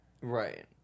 Right